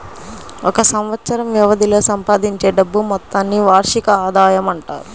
ఒక సంవత్సరం వ్యవధిలో సంపాదించే డబ్బు మొత్తాన్ని వార్షిక ఆదాయం అంటారు